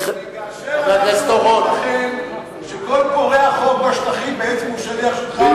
כאשר אנחנו אומרים לכם שכל פורע חוק בשטחים בעצם הוא שליח שלך,